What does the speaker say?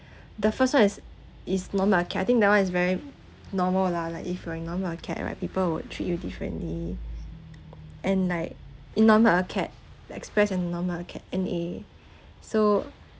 the first one is is no lah okay I think that one is very normal lah like if you're in normal acad right people would treat you differently and like in normal acad the express and normal acad N_A so